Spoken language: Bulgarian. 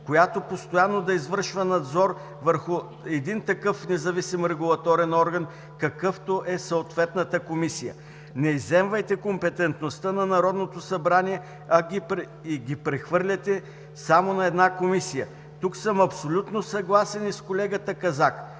която постоянно да извършва надзор върху един такъв независим регулаторен орган, какъвто е съответната комисия. Не изземвайте компетентността на Народното събрание и да я прехвърляте само на една комисия. Тук съм абсолютно съгласен и с колегата Казак